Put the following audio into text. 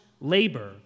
labor